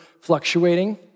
fluctuating